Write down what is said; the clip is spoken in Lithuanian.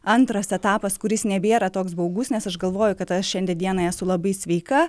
antras etapas kuris nebėra toks baugus nes aš galvoju kad aš šiandien dienai esu labai sveika